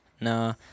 no